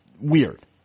weird